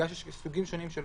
יש סוגים של אירועים.